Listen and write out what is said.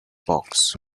bogs